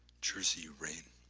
jersey rain.